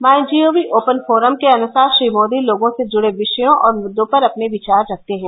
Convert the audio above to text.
मार्ड G O V open forum के अनुसार श्री मोदी लोगों से जुड़े विषयों और मुद्दों पर अपने विचार रखते हैं